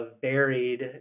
varied